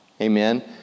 Amen